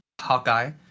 hawkeye